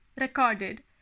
recorded